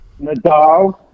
Nadal